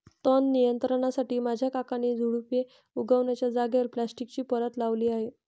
तण नियंत्रणासाठी माझ्या काकांनी झुडुपे उगण्याच्या जागेवर प्लास्टिकची परत लावली आहे